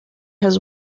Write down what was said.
has